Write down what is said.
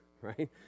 right